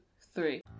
three